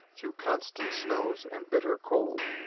through constant snows and bitter cold.